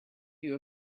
view